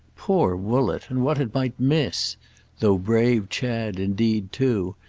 poor woollett, and what it might miss though brave chad indeed too,